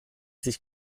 sich